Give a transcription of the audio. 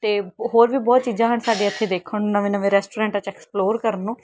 ਅਤੇ ਹੋਰ ਵੀ ਬਹੁਤ ਚੀਜ਼ਾਂ ਹਨ ਸਾਡੇ ਇੱਥੇ ਦੇਖਣ ਨੂੰ ਨਵੇਂ ਨਵੇਂ ਰੈਸਟੋਰੈਂਟਾਂ 'ਚ ਐਕਸਪਲੋਰ ਕਰਨ ਨੂੰ